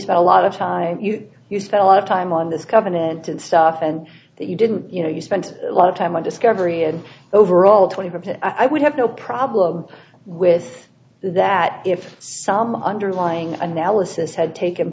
spent a lot of time you spent a lot of time on this covenant and stuff and that you didn't you know you spent a lot of time on discovery and overall twenty percent i would have no problem with that if some underlying analysis had taken